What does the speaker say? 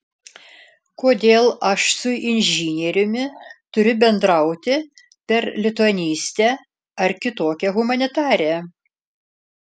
kodėl aš su inžinieriumi turiu bendrauti per lituanistę ar kitokią humanitarę